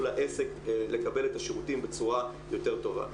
לעסק לקבל את השירותים בצורה יותר טובה.